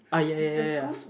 ah ya ya ya ya